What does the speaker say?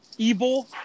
Evil